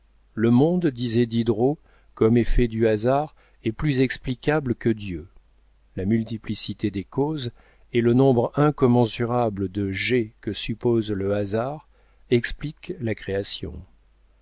le monde disait diderot comme effet du hasard est plus explicable que dieu la multiplicité des causes et le nombre incommensurable de jets que suppose le hasard expliquent la création